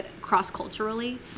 cross-culturally